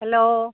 hello